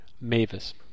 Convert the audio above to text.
Mavis